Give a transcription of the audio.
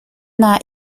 not